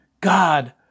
God